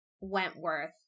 Wentworth